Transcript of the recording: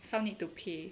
some need to pay